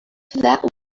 that